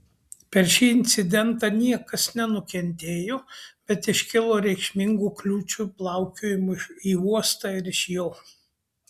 per šį incidentą niekas nenukentėjo bet iškilo reikšmingų kliūčių plaukiojimui į uostą ir iš jo